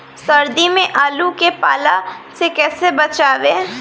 सर्दी में आलू के पाला से कैसे बचावें?